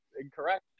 incorrect